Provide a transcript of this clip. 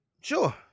Sure